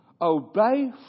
Obey